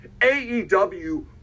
AEW